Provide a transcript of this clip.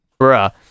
Bruh